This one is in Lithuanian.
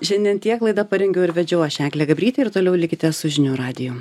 šiandien tiek laidą parengiau ir vedžiau aš eglė gabrytė ir toliau likite su žinių radiju